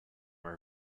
are